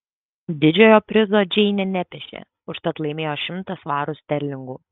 didžiojo prizo džeinė nepešė užtat laimėjo šimtą svarų sterlingų